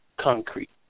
concrete